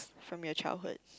from your childhood